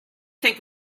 think